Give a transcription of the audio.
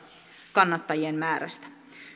kannattajien määrästä